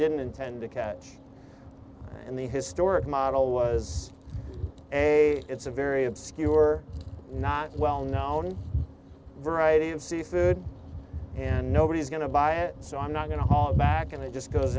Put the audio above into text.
didn't intend to catch and the historic model was a it's a very obscure not well known variety of seafood and nobody's going to buy it so i'm not going to call back and it just goes